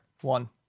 one